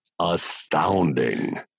Astounding